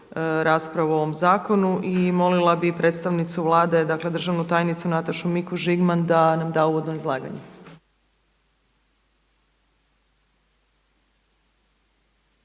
raspravu o ovom zakonu. I molila bi predstavnicu Vlade državnu tajnicu Natašu Mikuš Žigman da nam da uvodno izlaganje.